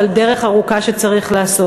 אבל דרך ארוכה שצריך לעשות.